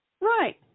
Right